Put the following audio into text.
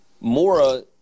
Mora